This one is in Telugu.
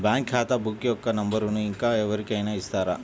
నా బ్యాంక్ ఖాతా బుక్ యొక్క నంబరును ఇంకా ఎవరి కైనా ఇస్తారా?